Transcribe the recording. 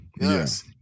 Yes